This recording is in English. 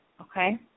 Okay